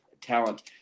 talent